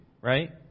right